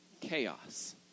Chaos